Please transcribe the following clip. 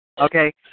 Okay